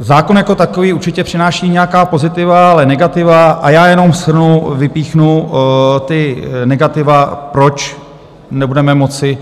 Zákon jako takový určitě přináší nějaká pozitiva, ale i negativa, a já jenom shrnu, vypíchnu ta negativa, proč nebudeme moci